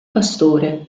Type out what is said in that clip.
pastore